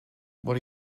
what